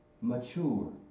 mature